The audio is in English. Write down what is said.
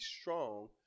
strong